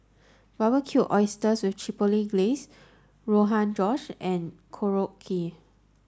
Barbecued Oysters with Chipotle Glaze Rogan Josh and Korokke